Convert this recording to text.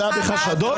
חשדות.